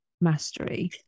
mastery